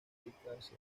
dedicarse